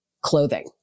clothing